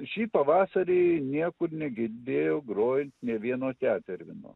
šį pavasarį niekur negirdėjau grojant nė vieno tetervino